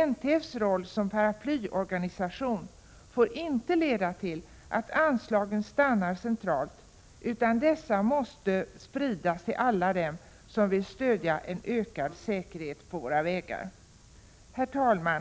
NTF:s roll som paraplyorganisation får inte leda till att anslagen stannar centralt, utan anslagen måste spridas till alla dem som vill verka för en förbättring av säkerheten på våra vägar. Herr talman!